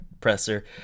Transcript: presser